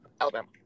Alabama